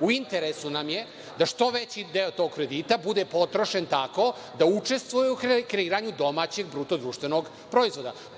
u interesu nam je da što veći deo tog kredita bude potrošen tako da učestvuje u kreiranju domaćeg BDP.